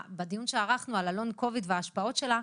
בדיון שערכנו על הלונג קוביד וההשפעות שלו,